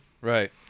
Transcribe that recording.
Right